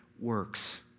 works